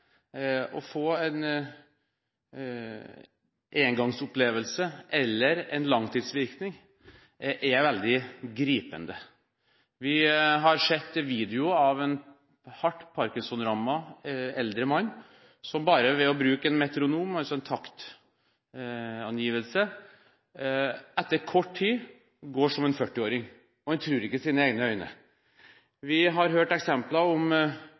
å få en engangsopplevelse eller en langtidsvirkning – er veldig gripende. Vi har sett video av en hardt Parkinson-rammet eldre mann som bare ved å bruke en metronom, en taktmåler, etter kort tid går som en 40-åring. Man tror ikke sine egne øyne. Vi har hørt eksempler